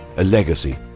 a legacy,